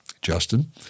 Justin